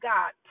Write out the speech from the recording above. God